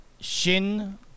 Shin